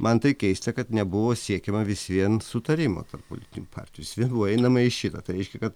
man tai keista kad nebuvo siekiama vis vien sutarimo tarp politinių partijų vis vien buvo einama į šitą tai reiškia kad